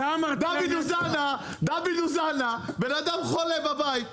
דוד אוזנה בן אדם חולה בבית,